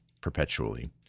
perpetually